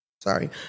sorry